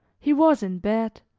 he was in bed,